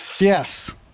yes